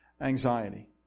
Anxiety